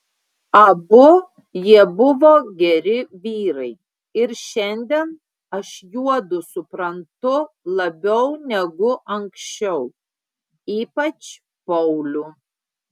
abu jie buvo geri vyrai ir šiandien aš juodu suprantu labiau negu anksčiau ypač paulių